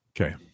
Okay